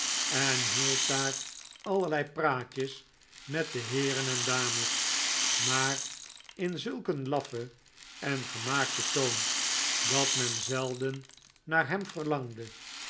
en hield daar allerlei praatjes met de heeren en dames maar in zulk een laffen en gemaakten toon dat men zelden naar hem verlangde